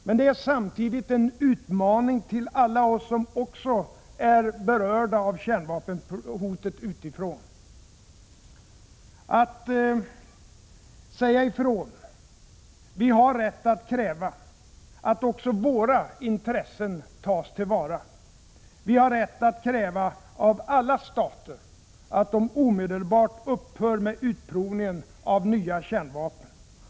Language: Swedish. Men det är samtidigt en utmaning till alla oss som också är berörda av kärnvapenhotet utifrån att säga ifrån. Vi har rätt att kräva att också våra intressen tas till vara, Vi har rätt att kräva, av alla stater, att de omedelbart upphör med utprovningen av nya kärnvapen.